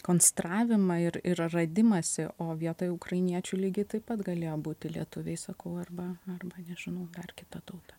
konstravimą ir ir radimąsi o vietoj ukrainiečių lygiai taip pat galėjo būti lietuviai sakau arba arba ne nežinau dar kita tauta